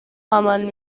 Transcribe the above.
عمل